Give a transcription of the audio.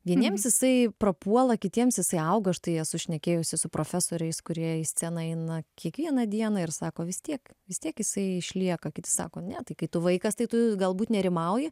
vieniems jisai prapuola kitiems jisai auga štai esu šnekėjusi su profesoriais kurie į sceną eina kiekvieną dieną ir sako vis tiek vis tiek jisai išlieka kiti sako ne tai kai tu vaikas tai tu galbūt nerimauji